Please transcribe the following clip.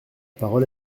parole